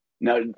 Now